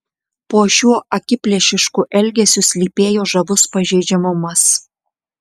po šiuo akiplėšišku elgesiu slypėjo žavus pažeidžiamumas